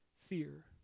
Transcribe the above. fear